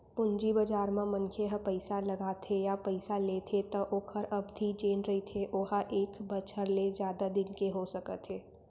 पूंजी बजार म मनखे ह पइसा लगाथे या पइसा लेथे त ओखर अबधि जेन रहिथे ओहा एक बछर ले जादा दिन के हो सकत हे